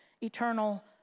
eternal